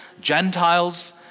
Gentiles